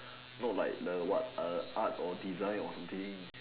no like the what art or design or something